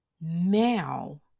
now